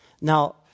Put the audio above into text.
Now